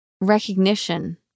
Recognition